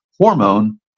hormone